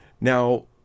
Now